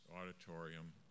auditorium